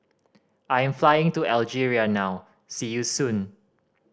I am flying to Algeria now see you soon